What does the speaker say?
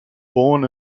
born